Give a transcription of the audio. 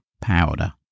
powder